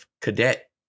cadet